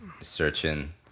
Searching